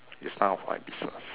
is none of my business